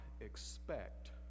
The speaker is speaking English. expect